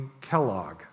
Kellogg